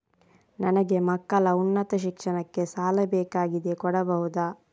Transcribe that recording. ನನಗೆ ಮಕ್ಕಳ ಉನ್ನತ ಶಿಕ್ಷಣಕ್ಕೆ ಸಾಲ ಬೇಕಾಗಿದೆ ಕೊಡಬಹುದ?